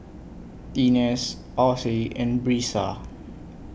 Inez Osie and Brisa